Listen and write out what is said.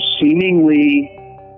seemingly